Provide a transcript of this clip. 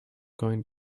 going